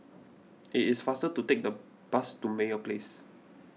it is faster to take the bus to Meyer Place